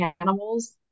animals